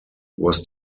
was